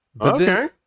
Okay